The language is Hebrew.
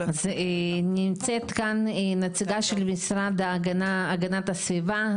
נמצאת כאן איתנו נציגה של המשרד להגנת הסביבה,